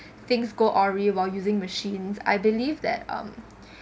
things go awry while using machines I believe that um